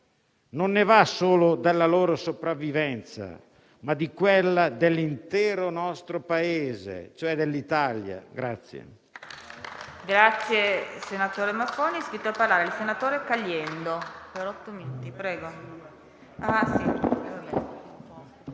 Non ne va solo della loro sopravvivenza, ma di quella dell'intero nostro Paese Italia.